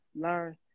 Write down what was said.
learn